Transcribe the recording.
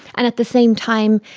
and at the same time,